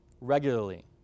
regularly